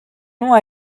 non